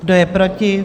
Kdo je proti?